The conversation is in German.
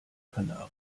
kanaren